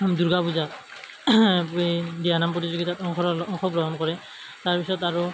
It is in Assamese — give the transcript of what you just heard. দুৰ্গা পূজা এই দিহানাম প্ৰতিযোগিতাত অংশগ্ৰহণ অংশগ্ৰহণ কৰে তাৰ পিছত আৰু